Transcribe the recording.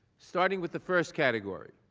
started with the first category.